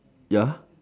ya